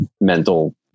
mental